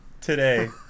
today